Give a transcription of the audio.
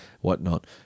whatnot